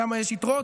שם יש יתרות.